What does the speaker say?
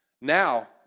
Now